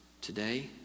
today